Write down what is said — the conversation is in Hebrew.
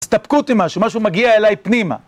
הסתפקותי משהו, משהו מגיע אליי פנימה.